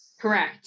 Correct